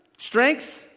Strengths